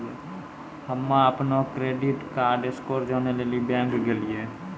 हम्म अपनो credit card score जानै लेली बैंक गेलियै